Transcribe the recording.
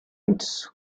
its